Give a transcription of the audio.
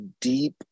deep